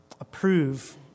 approve